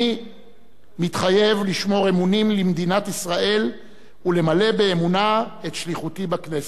אני מתחייב לשמור אמונים למדינת ישראל ולמלא באמונה את שליחותי בכנסת.